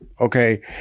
okay